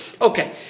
Okay